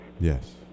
yes